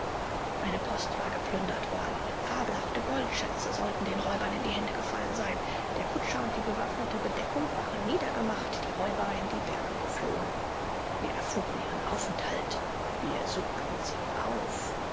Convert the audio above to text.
eine post war geplündert worden fabelhafte goldschätze sollten den räubern in die hände gefallen sein der kutscher und die bewaffnete bedeckung waren niedergemacht die räuber in die berge geflohen wir erfuhren ihren aufenthalt wir suchten sie auf